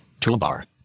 Toolbar